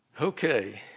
Okay